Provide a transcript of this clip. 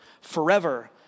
forever